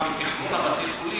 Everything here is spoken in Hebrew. שאנחנו נצטרך עוד שני בתי-חולים,